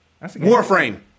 Warframe